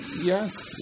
Yes